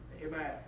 Amen